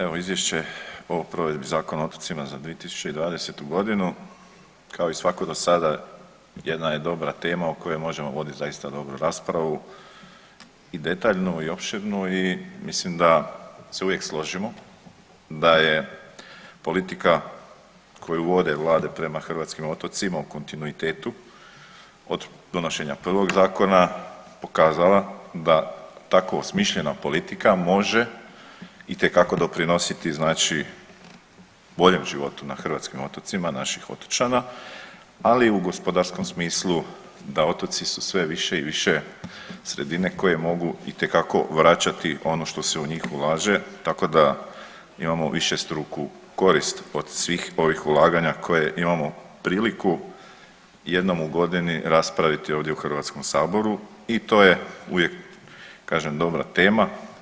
Evo Izvješće o provedbi Zakona o otocima za 2020. godinu kao i svako do sada jedna je dobra tema o kojoj možemo voditi zaista dobru raspravu i detaljnu i opširnu i mislim da se uvijek složimo da je politika koju vode Vlade prema hrvatskim otocima u kontinuitetu od donošenja prvog zakona pokazala da tako osmišljena politika može itekako doprinositi znači boljem životu na našim otocima naših otočana, ali i u gospodarskom smislu, da otoci su sve više i više sredine koje mogu itekako vraćati ono što se u njih ulaže tako da imamo višestruku korist od svih ovih ulaganja koje imamo priliku jednom u godini raspraviti ovdje u Hrvatskom saboru i to je uvijek, kažem dobra tema.